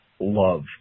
love